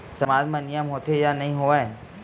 सामाज मा नियम होथे या नहीं हो वाए?